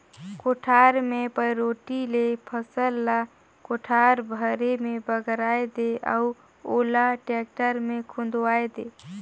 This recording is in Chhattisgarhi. कोठार मे पैरोठी ले फसल ल कोठार भरे मे बगराय दे अउ ओला टेक्टर मे खुंदवाये दे